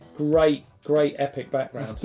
great, great epic background.